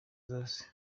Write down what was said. zose